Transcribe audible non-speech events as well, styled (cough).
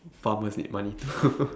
farmers need money too (laughs)